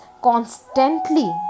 constantly